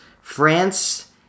France